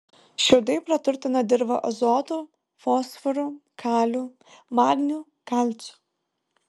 šiaudai praturtina dirvą azotu fosforu kaliu magniu kalciu